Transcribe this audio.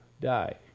die